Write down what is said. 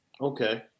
Okay